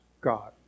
God